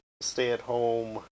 stay-at-home